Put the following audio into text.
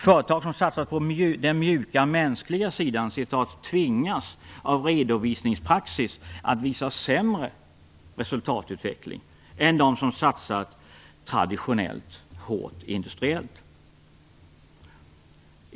Företag som har satsat på den mjuka, mänskliga sidan "tvingas" av redovisningspraxis att visa sämre resultatutveckling än de som har satsat traditionellt hårt industriellt.